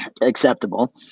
acceptable